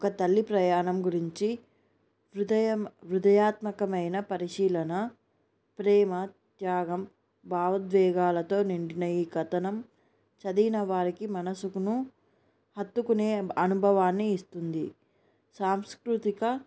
ఒక తల్లి ప్రయాణం గురించి హృదయ దయాత్మకమైన పరిశీలన ప్రేమ త్యాగం భావోద్వేగాలతో నిండిన ఈ కథనం చదివిన వారికి మనసుకు హత్తుకునే అనుభవాన్ని ఇస్తుంది సాంస్కృతిక